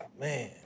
man